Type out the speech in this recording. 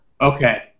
okay